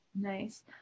Nice